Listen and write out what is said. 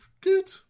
good